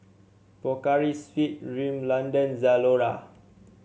Pocari Sweat Rimmel London Zalora